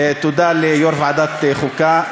תודה ליו"ר ועדת החוקה,